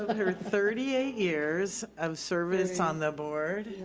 her thirty eight years of service on the board.